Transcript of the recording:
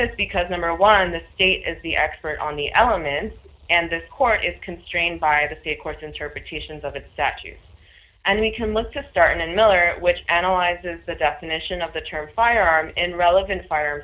this because number one the state is the expert on the elements and this court is constrained by the state courts interpretations of that statute and we can look to start and miller which analyzes the definition of the term firearm in relevant fire